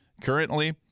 currently